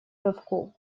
рывку